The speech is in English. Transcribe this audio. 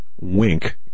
Wink